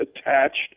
attached